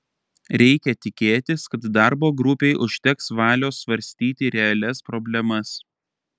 reikia tikėtis kad darbo grupei užteks valios svarstyti realias problemas